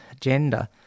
gender